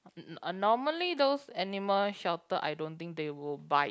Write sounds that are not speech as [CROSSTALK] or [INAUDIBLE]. [NOISE] normally those animal shelter I don't think they will bite